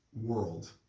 world